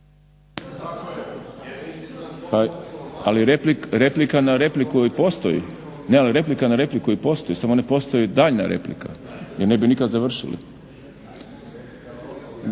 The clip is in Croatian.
**Šprem, Boris (SDP)** Ali replika na repliku i postoji, samo ne postoji daljnja replika jer ne bi nikad završili.